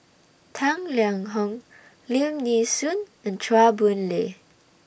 Tang Liang Hong Lim Nee Soon and Chua Boon Lay